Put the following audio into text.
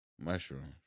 Mushrooms